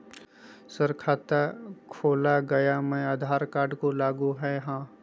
Sir खाता खोला गया मैं आधार कार्ड को लागू है हां?